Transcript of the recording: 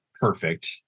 perfect